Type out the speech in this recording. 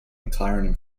mclaren